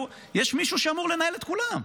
יש מישהו שאמור לנהל את כולם.